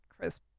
Chris